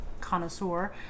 connoisseur